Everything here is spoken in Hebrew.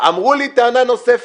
אמרו לי טענה נוספת,